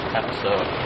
episode